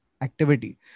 activity